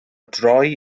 droi